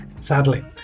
sadly